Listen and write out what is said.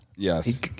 Yes